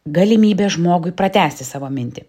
galimybė žmogui pratęsti savo mintį